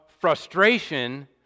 frustration